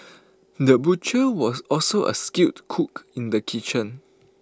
the butcher was also A skilled cook in the kitchen